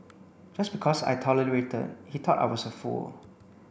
just because I tolerated he thought I was a fool